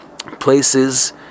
Places